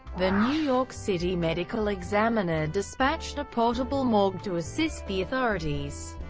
the new york city medical examiner dispatched a portable morgue to assist the authorities.